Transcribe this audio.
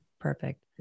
Perfect